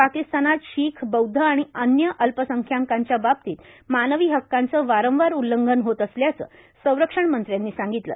पाकिस्तानात शीख बौध्द आणि अन्य अल्पसंख्यांकांच्या बाबतीत मानवी हक्काचं वारंवार उल्लंघन होत असल्याचं संरक्षण मंत्र्यांनी सांगितलं